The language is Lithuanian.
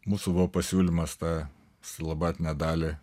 mūsų buvo pasiūlymas tą slobatinę dalį